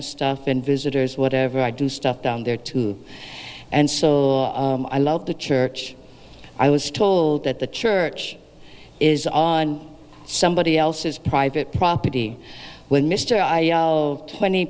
of stuff and visitors whatever i do stuff down there too and so i love the church i was told that the church is on somebody else's private property when mr i twenty